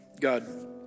God